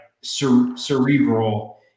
cerebral